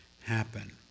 happen